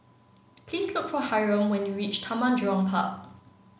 please look for Hiram when you reach Taman Jurong Park